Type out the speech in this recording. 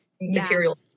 material